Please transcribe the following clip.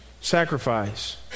sacrifice